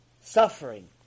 suffering